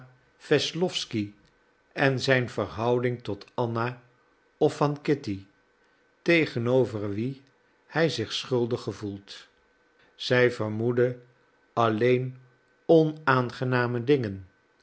wesslowsky en zijn verhouding tot anna of van kitty tegenover wie hij zich schuldig gevoelt zij vermoedde alleen onaangename dingen